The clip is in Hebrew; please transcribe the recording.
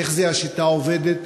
איך השיטה עובדת?